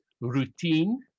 routine